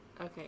okay